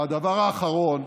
הדבר האחרון,